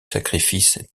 sacrifice